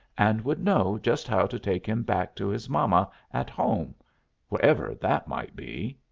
and would know just how to take him back to his mama at home wherever that might be.